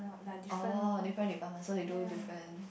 oh different department so they do different